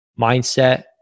mindset